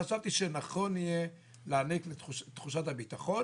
חשבתי שנכון יהיה להעניק את תחושת הביטחון,